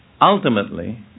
ultimately